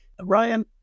Ryan